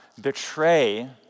betray